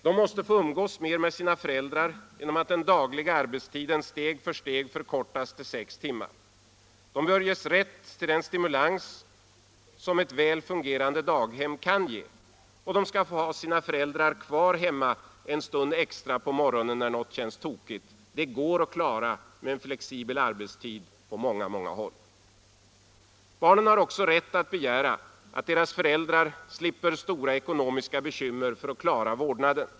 De måste få umgås mer med sina föräldrar genom att den dagliga arbetstiden steg för steg förkortas till sex timmar. De bör ges rätt till den stimulans som ett väl fungerande daghem kan ge. De skall också få ha sina föräldrar kvar hemma en stund extra på morgonen när något känns tokigt. Det går att klara med flexibel arbetstid på många, många håll. Barnen har också rätt att begära att deras föräldrar slipper stora ekonomiska bekymmer för att klara vårdnaden.